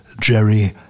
Jerry